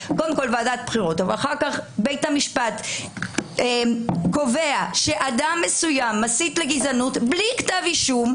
ועדת בחירות ואז בית המשפט קובע שאדם מסוים מסית לגזענות בלי כתב אישום,